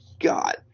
God